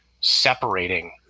separating